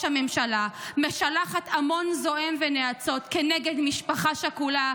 הממשלה משלחת המון זועם ונאצות כנגד משפחה שכולה,